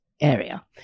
area